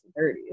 30s